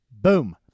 boom